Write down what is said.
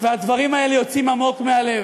והדברים האלה יוצאים עמוק מהלב.